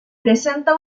presenta